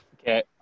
Okay